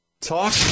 Talk